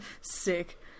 Sick